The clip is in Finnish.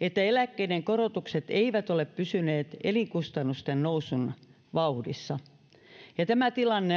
että eläkkeiden korotukset eivät ole pysyneet elinkustannusten nousun vauhdissa ja tämä tilanne